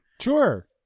Sure